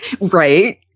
right